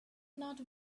not